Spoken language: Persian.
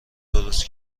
درست